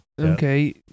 Okay